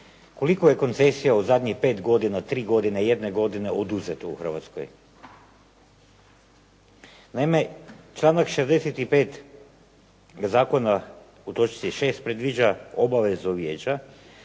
koliko je koncesija u zadnjih pet godina, tri godine, jedne godine, oduzeto u Hrvatskoj? Naime, članak 65. zakona u točci 6. predviđa obavezu vijeća